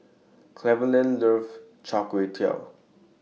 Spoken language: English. Cleveland loves Char Kway Teow